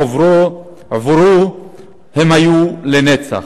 עבורו הם היו לנצח.